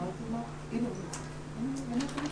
--- וגם --- אמור להכנס.